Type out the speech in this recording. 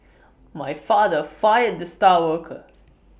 my father fired the star worker